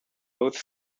both